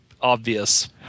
obvious